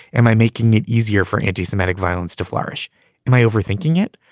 am i making it easier for anti-semitic violence to flourish in my overthinking it?